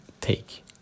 take